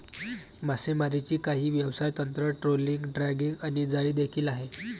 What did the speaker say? मासेमारीची काही व्यवसाय तंत्र, ट्रोलिंग, ड्रॅगिंग आणि जाळी देखील आहे